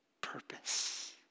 purpose